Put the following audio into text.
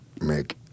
make